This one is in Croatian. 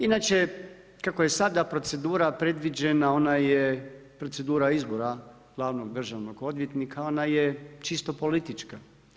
Inače kako je sada procedura predviđena ona je procedura izbora glavnog državnog odvjetnika, ona je čisto politička.